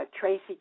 Tracy